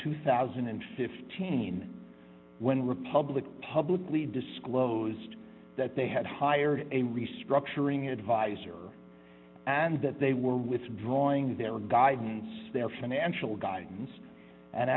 two thousand and fifteen when republic publicly disclosed that they had hired a restructuring advisor and that they were withdrawing their guidance their financial guidance and